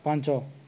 ପାଞ୍ଚ